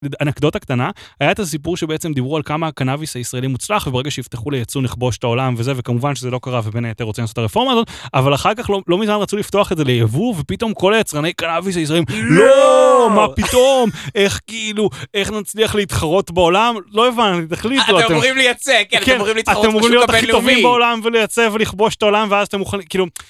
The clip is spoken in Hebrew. אנקדוטה קטנה היה את הסיפור שבעצם דיברו על כמה הקנאביס הישראלי מוצלח וברגע שיפתחו לייצוא נכבוש את העולם וזה וכמובן שזה לא קרה ובין היתר רוצים לעשות רפורמה אבל אחר כך לא מזמן רצו לפתוח את זה ליבוא ופתאום כל היצרני קנאביס הישראלי לא מה פתאום איך כאילו איך נצליח להתחרות בעולם לא הבנתי אתם אומרים לייצא כאילו אתם אמורים להיות הכי טובים בעולם וליצא ולכבוש את העולם ואז אתם מוכנים כאילו.